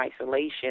isolation